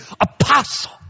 apostle